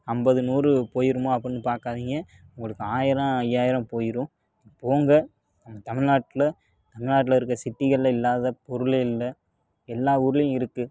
ஐம்பது நூறு போயிடுமோ அப்படின்னு பார்க்காதிங்க உங்களுக்கு ஆயிரம் ஐயாயிரம் போயிடும் போங்க நம்ம தமிழ்நாட்ல தமிழ்நாட்ல இருக்க சிட்டிகளில் இல்லாத பொருளே இல்லை எல்லா ஊர்லேயும் இருக்குது